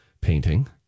painting